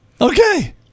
okay